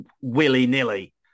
willy-nilly